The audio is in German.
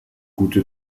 gute